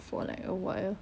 for like a while